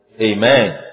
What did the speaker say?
Amen